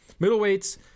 Middleweights